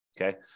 okay